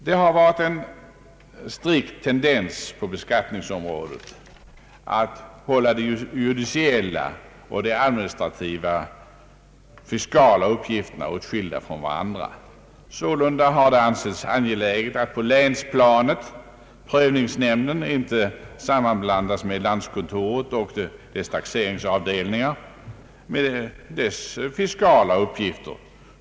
Det har varit en strikt tendens på beskattningsområdet att hålla de judiciella och de administrativa fiskala uppgifterna åtskilda från varandra. Sålunda har det ansetts angeläget att på länsplanet prövningsnämnden inte sammanblandas med landskontoret och dess taxeringsavdelningar med fiskala uppgifter.